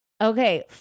Okay